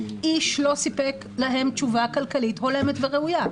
איש לא סיפק להם תשובה כלכלית הולמת וראויה.